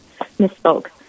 misspoke